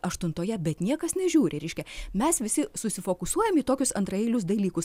šeštoje aštuntoje bet niekas nežiūri reiškia mes visi susifokusuojam į tokius antraeilius dalykus